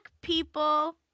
people